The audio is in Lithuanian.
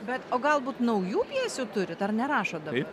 bet o galbūt naujų pjesių turit ar nerašot dabar